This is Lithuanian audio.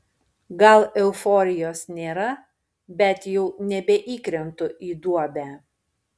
gal euforijos nėra bet jau nebeįkrentu į duobę